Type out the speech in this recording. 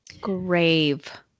grave